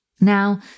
Now